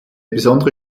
besondere